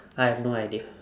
I have no idea